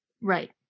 Right